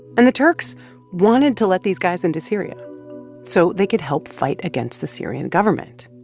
and the turks wanted to let these guys into syria so they could help fight against the syrian government